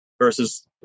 versus